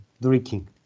drinking